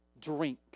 drink